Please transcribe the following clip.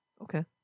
Okay